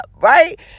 right